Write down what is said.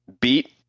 Beat